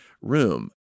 room